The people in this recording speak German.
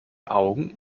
augen